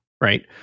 right